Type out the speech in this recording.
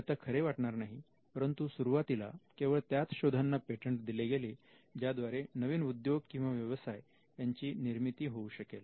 हे आता खरे वाटणार नाही परंतु सुरुवातीला केवळ त्याच शोधांना पेटंट दिले गेले ज्याद्वारे नवीन उद्योग किंवा व्यवसाय यांची निर्मिती होऊ शकेल